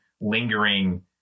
lingering